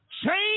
Change